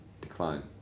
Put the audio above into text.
decline